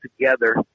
together